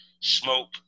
Smoke